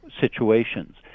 situations